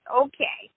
okay